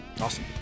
Awesome